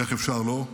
איך אפשר לא,